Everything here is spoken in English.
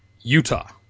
Utah